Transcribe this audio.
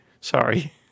Sorry